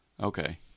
Okay